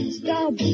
stop